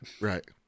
right